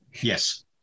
Yes